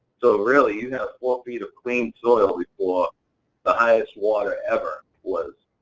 so really, you have four feet of clean soil before the highest water ever was.